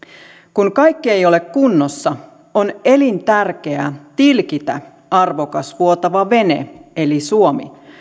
kun kaikki ei ole kunnossa on elintärkeää tilkitä arvokas vuotava vene eli suomi